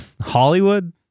Hollywood